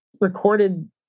recorded